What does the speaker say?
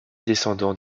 descendants